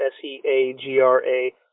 S-E-A-G-R-A